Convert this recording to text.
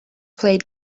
played